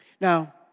Now